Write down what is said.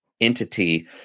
entity